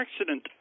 accident